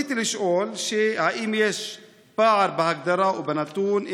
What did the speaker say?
רציתי לשאול: 1. האם יש פער בהגדרה ובנתון?